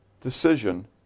decision